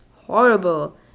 Horrible